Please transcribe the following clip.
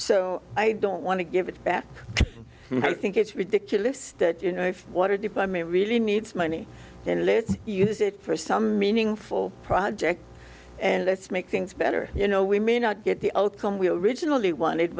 so i don't want to give it back and i think it's ridiculous that you know if water deep i mean really needs money then let's use it for some meaningful project and let's make things better you know we may not get the outcome we originally wanted